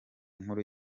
nkuru